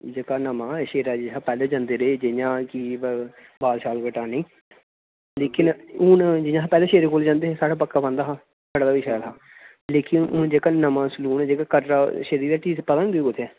जेह्का नमां शेरा जेहा पैह्ले जंदे रेह् जियां कि बाल शाल कटाने गी लेकिन हून जियां अस शेरे कोल जंदे हे साढ़ा बक्खरा बांदा हा साढ़े बारी शैल हा लेकिन हून जेह्का नमां सलून जेह्का कटरा शेरे दी हट्टी दा पता नीं तुगी कुत्थै ऐ